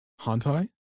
Hantai